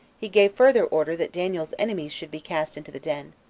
he gave further order that daniel's enemies should be cast into the den,